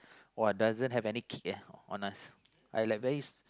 !wow! doesn't have any kick eh on us I like very s~